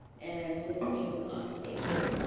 and this means a lot. thank you.